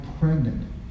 pregnant